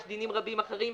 יש דינים רבים אחרים,